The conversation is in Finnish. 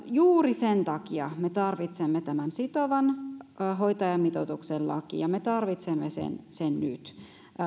juuri sen takia me tarvitsemme tämän sitovan hoitajamitoituksen lakiin ja me tarvitsemme sen nyt